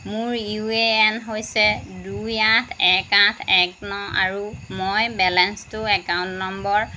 মোৰ U A N হৈছে দুই আঠ এক আঠ এক ন আৰু মই বেলেন্সটো একাউণ্ট নম্বৰ